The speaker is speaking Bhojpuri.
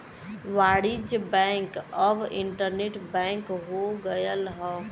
वाणिज्य बैंक अब इन्टरनेट बैंक हो गयल हौ